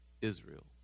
Israel